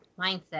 mindset